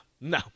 no